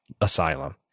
asylum